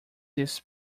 this